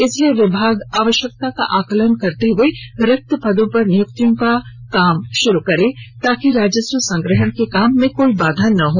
इसलिए विभाग आवश्यकता का आकलन करते हुए रिक्त पदों पर नियुक्तियों का कार्य प्रारंभ करें ताकि राजस्व संग्रहण के काम में कोई बाधा उत्पन्न न हो